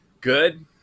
Good